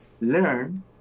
learn